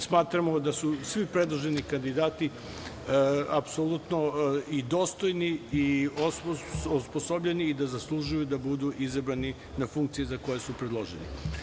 Smatramo da su svi predloženi kandidati apsolutno i dostojni i osposobljeni i da zaslužuju da budu izabrani na funkcije za koje su predloženi.